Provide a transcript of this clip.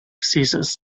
seasons